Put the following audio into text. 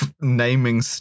naming